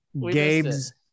Gabe's